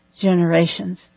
generations